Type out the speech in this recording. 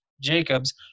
Jacobs